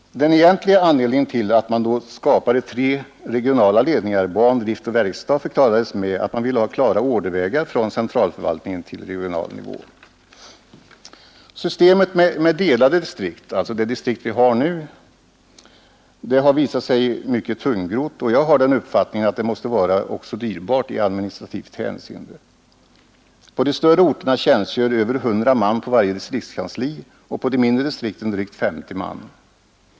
Den egentliga anledningen till att man skapade tre regionala ledningar — ban-, driftoch verkstadsledning — förklarades med att man ville ha klara ordervägar från centralförvaltningen till regional nivå. Systemet med delade distrikt har visat sig mycket tungrott, och jag har den uppfattningen att det också måste vara mycket dyrbart i administrativt hänseende. På de större orterna tjänstgör över 100 man på varje distriktskansli och på de mindre distrikten drygt 50 man.